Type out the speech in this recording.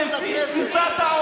הבא שתכניסו לכנסת?